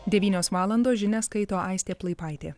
devynios valandos žinias skaito aistė plaipaitė